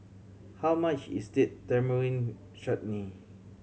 how much is Date Tamarind Chutney